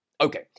Okay